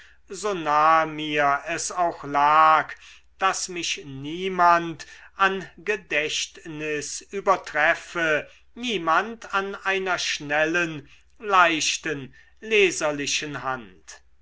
so nahe mir es auch lag daß mich niemand an gedächtnis übertreffe niemand an einer schnellen leichten leserlichen hand